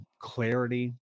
clarity